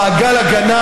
במעגל הגנה.